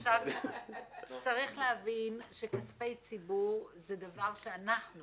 צריך להבין שכספי ציבור זה דבר שאנחנו,